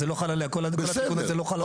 כל הזמנים למימוש נכשלו לאורך השנים.